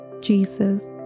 Jesus